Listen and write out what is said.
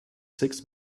six